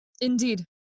Indeed